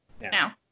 Now